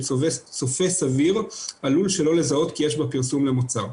שצופה סביר עלול שלא לזהות כי יש בה פרסום למוצר.